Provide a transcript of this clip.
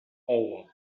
all